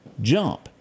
jump